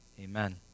Amen